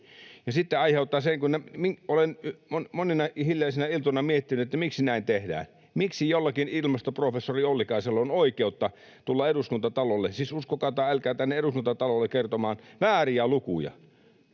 menoja joka vuosi. Olen monina hiljaisina iltoina miettinyt, miksi näin tehdään. Miksi jollakin ilmastoprofessori Ollikaisella on oikeus tulla Eduskuntatalolle — siis uskokaa tai älkää, tänne Eduskuntatalolle — kertomaan vääriä lukuja?